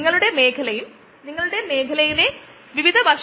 ഇത് മൂല്യനിർണ്ണയ പ്രക്രിയയിൽ ഇതിന് കാര്യമായ ഗുണങ്ങളുണ്ട്